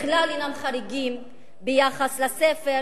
בכלל אינם חריגים ביחס לספר